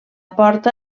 porta